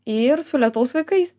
ir su lietaus vaikais